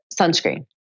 sunscreen